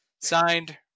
Signed